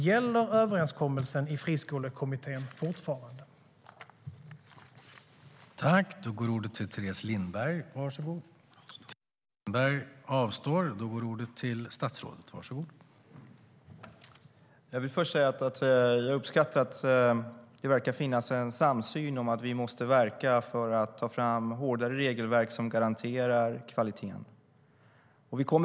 Gäller överenskommelsen i Friskolekommittén fortfarande?